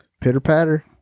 Pitter-patter